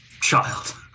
child